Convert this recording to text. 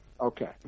Okay